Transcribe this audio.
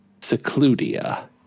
Secludia